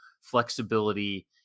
flexibility